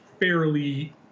fairly